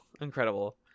incredible